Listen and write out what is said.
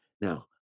Now